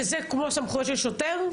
שזה כמו סמכויות של שוטר?